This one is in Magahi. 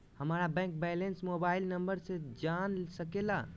हमारा बैंक बैलेंस मोबाइल नंबर से जान सके ला?